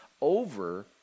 over